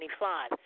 25